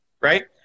Right